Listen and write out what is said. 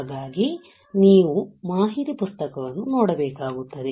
ಹಾಗಾಗಿ ನೀವು ಮಾಹಿತಿ ಪುಸ್ತಕವನ್ನು ನೋಡಬೇಕಾಗುತ್ತದೆ